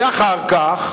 ואחר כך,